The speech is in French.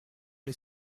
les